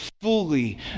fully